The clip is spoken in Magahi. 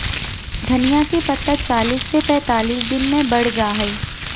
धनिया के पत्ता चालीस से पैंतालीस दिन मे बढ़ जा हय